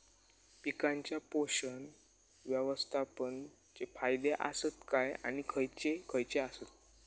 पीकांच्या पोषक व्यवस्थापन चे फायदे आसत काय आणि खैयचे खैयचे आसत?